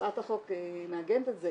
הצעת החוק מעגנת את זה,